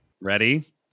ready